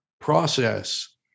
process